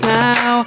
now